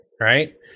right